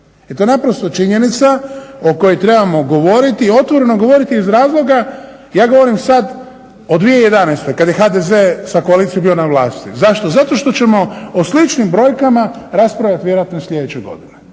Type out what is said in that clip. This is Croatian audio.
je naprosto činjenica o kojoj trebamo govoriti i otvoreno govoriti iz razloga, ja govorim sad o 2011. kad je HDZ sa koalicijom bio na vlasti. Zašto? Zato što ćemo o sličnim brojkama raspravljati vjerojatno i sljedeće godine.